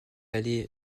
allé